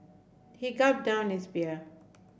he gulped down his beer